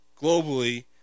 globally